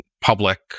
public